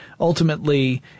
Ultimately